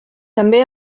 també